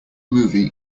movie